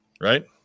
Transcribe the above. Right